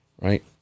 right